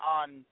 on